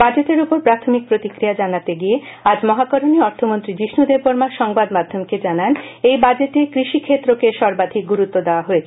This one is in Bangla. বাজেটের উপর প্রাথমিক প্রতিক্রিয়া জানাতে গিয়ে আজ মহাকরণে অর্থমন্ত্রী যীষ্ণু দেববর্মা সংবাদ মাধ্যমকে জানান এই বাজেটে কৃষি ক্ষেত্রকে সর্বাধিক গুরুত্ব দেওয়া হয়েছে